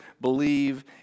believe